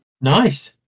Nice